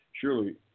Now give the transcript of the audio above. Surely